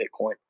bitcoin